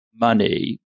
money